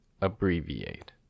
abbreviate